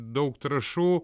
daug trąšų